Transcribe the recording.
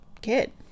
kid